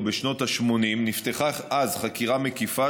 בשנות ה-80 נפתחה אז חקירה מקיפה,